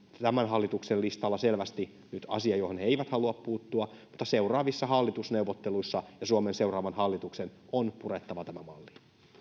tämän hallituksen listalla selvästi nyt asia johon he he eivät halua puuttua mutta seuraavissa hallitusneuvotteluissa suomen seuraavan hallituksen on purettava tämä malli